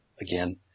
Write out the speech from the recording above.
Again